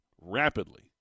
rapidly